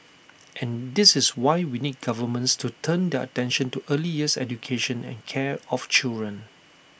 and this is why we need governments to turn their attention to early years education and care of children